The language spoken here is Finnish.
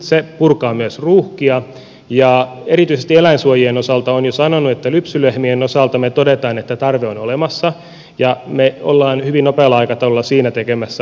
se purkaa myös ruuhkia ja erityisesti eläinsuojien osalta olen jo sanonut että lypsylehmien osalta me toteamme että tarve on olemassa ja me olemme hyvin nopealla aikataululla siinä tekemässä asetusmuutoksen